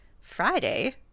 Friday